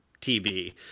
TV